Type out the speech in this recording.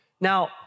Now